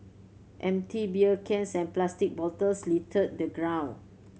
empty beer cans and plastic bottles littered the ground